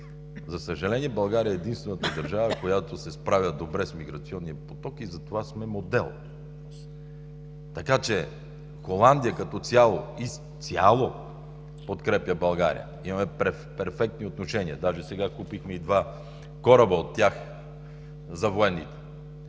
За съжаление, България е единствената държава, която се справя добре с миграционния поток, и затова сме модел. Така че Холандия като цяло изцяло подкрепя България – имаме перфектни отношения, даже сега купихме два кораба от тях за военните,